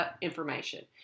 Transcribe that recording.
information